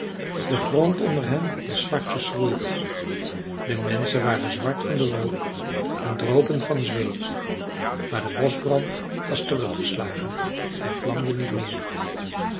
de grond onder hen was zwart geschroeid de menschen waren zwart van den rook en dropen van zweet maar de boschbrand was teruggeslagen hij vlamde niet meer